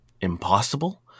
impossible